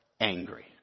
angry